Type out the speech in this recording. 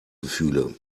gefühle